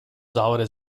saure